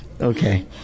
Okay